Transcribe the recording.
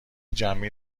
جمعی